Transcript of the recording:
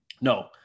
no